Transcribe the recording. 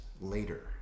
later